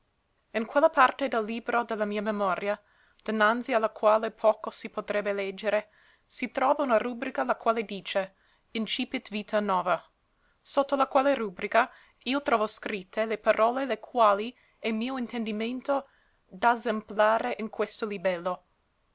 in quella parte del libro de la mia memoria dinanzi a la quale poco si potrebbe leggere si trova una rubrica la quale dice incipit vita nova sotto la quale rubrica io trovo scritte le parole le quali è mio intendimento d'asemplare in questo libello